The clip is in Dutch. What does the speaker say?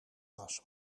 was